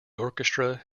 orchestra